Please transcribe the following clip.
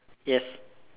yes